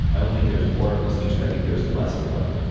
i don't think there's more of a distinction. i think there's less of one.